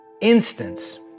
instance